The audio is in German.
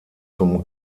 zum